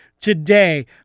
today